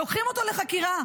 לוקחים אותו לחקירה,